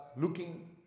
looking